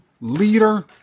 leader